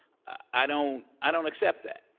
i don't i don't accept that.